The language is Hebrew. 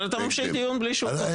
אבל אתה ממשיך דיון בלי שהוא פה.